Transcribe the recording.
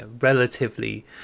relatively